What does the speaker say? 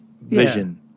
vision